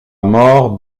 mort